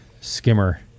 skimmer